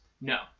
No